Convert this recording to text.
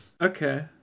Okay